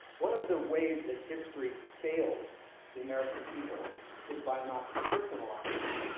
one of the ways that history fails the american people is by not personalizing